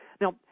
Now